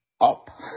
up